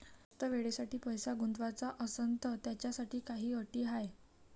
जास्त वेळेसाठी पैसा गुंतवाचा असनं त त्याच्यासाठी काही अटी हाय?